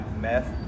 meth